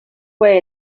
fue